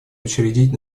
учредить